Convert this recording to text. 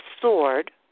sword